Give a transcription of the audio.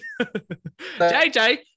JJ